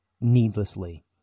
needlessly